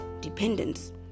dependence